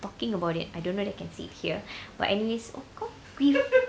talking about it I don't whether can say it here but anyways